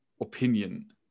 opinion